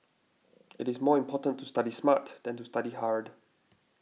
it is more important to study smart than to study hard